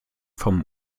vom